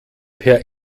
per